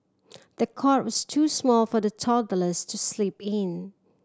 the cot was too small for the toddlers to sleep in